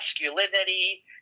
masculinity